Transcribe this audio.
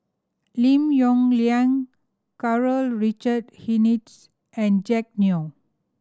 Lim Yong Liang Karl Richard Hanitsch and Jack Neo